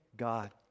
God